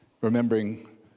remembering